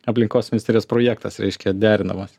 aplinkos ministerijos projektas reiškia derinamas